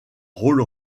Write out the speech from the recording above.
rôle